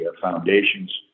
foundations